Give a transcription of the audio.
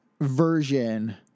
version